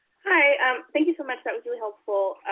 hi um thank you so much. that was really helpful.